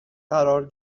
قرار